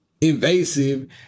invasive